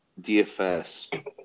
DFS